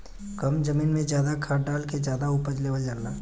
कम जमीन में जादा खाद डाल के जादा उपज लेवल जाला